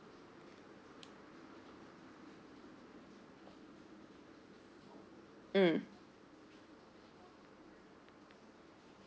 mm